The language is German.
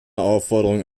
aufforderung